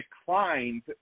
declined